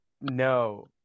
no